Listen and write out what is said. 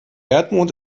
erdmond